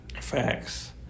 facts